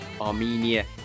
Armenia